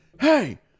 hey